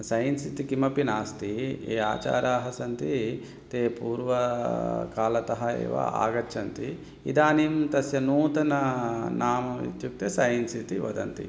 science इति किमपि नास्ति ये आचाराः सन्ति ते पूर्वकालतः एव आगच्छन्ति इदानीं तस्य नूतनं नाम इत्युक्ते सैन्स् इति वदन्ति